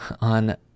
on